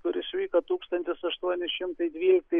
kuris išvyko tūkstantis aštuoni šimtai dvyliktais